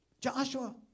Joshua